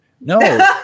no